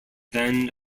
then